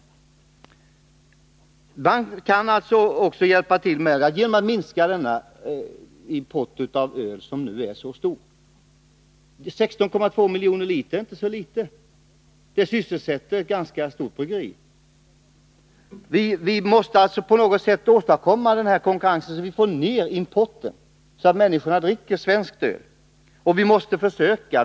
Nr 123 Man kan också hjälpa till genom att minska importen av öl, som nu är så Måndagen den omfattande. 16,2 miljoner liter är inte så litet. Det skulle sysselsätta ett 19 april 1982 ganska stort bryggeri. Vi måste alltså på något sätt åstadkomma en sådan konkurrens att vi får ned importen, och så att vi får människorna att dricka svenskt öl. Vi måste försöka.